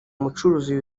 mucuruzi